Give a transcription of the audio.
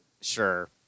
Sure